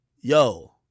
Yo